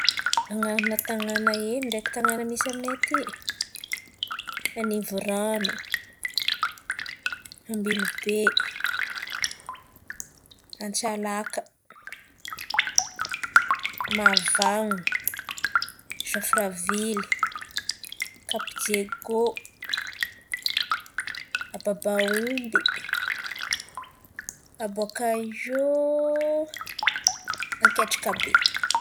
An̈arana tàn̈ana hely ndraiky tàn̈ana misy aminay aty: Anivorano, Ambilobe, Antsalaka, Mahavan̈ono, Zôfra vily, Kap diego, a Babaomby, abôkà eo Anketrakabe.